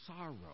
sorrow